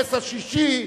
בקונגרס השישי,